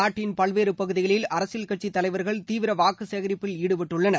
நாட்டின் பல்வேறு பகுதிகளில் அரசியல் கட்சித் தலைவர்கள் தீவிர வாக்கு சேகரிப்பில் ஈடுபட்டுள்ளனர்